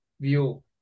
view